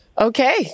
Okay